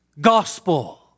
gospel